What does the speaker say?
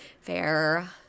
Fair